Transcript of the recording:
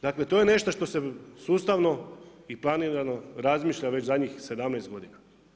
Dakle, to je nešto što se sustavno i planirano razmišlja već zadnjih 17 godina.